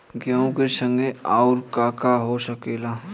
गेहूँ के संगे आऊर का का हो सकेला?